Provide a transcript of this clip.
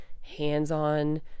hands-on